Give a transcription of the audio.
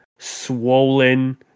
swollen